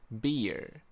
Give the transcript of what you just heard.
beer